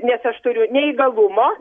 nes aš turiu neįgalumo